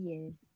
Yes